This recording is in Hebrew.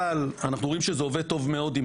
אבל אנחנו רואים שזה עובד טוב מאוד עם